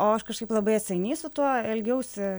o aš kažkaip labai atsainiai su tuo elgiausi